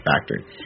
Factory